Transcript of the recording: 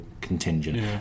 contingent